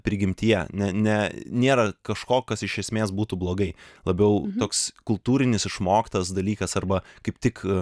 prigimtyje ne ne nėra kažko kas iš esmės būtų blogai labiau toks kultūrinis išmoktas dalykas arba kaip tik